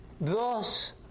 Thus